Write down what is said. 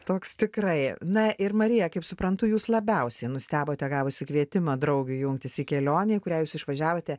toks tikrai na ir marija kaip suprantu jūs labiausiai nustebote gavusi kvietimą draugių jungtis į kelionę į kurią jūs išvažiavote